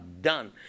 done